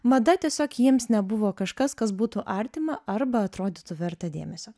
mada tiesiog jiems nebuvo kažkas kas būtų artima arba atrodytų verta dėmesio